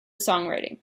songwriting